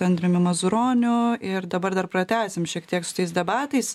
andriumi mazuroniu ir dabar dar pratęsim šiek tiek su tais debatais